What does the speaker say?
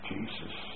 Jesus